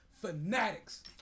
fanatics